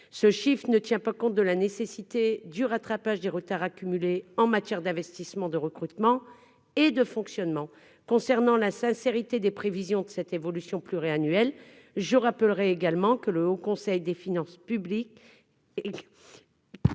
ce chiffre ne tient pas compte de la nécessité du rattrapage du retard accumulé en matière d'investissement de recrutement et de fonctionnement concernant la sincérité des prévisions de cette évolution pluriannuelle je rappellerai également que le Haut Conseil des finances publiques